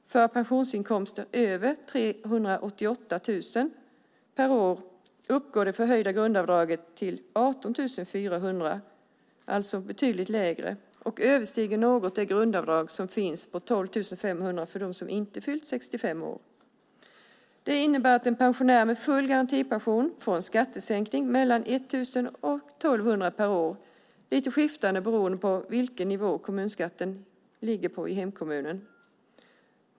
För pensionsinkomster över 388 000 per år uppgår det förhöjda grundavdraget till 18 400, alltså betydligt lägre, och överstiger något grundavdraget på 12 500 kronor för dem som inte har fyllt 65 år. Det innebär att en pensionär med full garantipension får en skattesänkning på mellan 1 000 och 1 200 kronor per år, lite skiftande beroende på vilken nivå kommunalskatten ligger på i hemkommunen.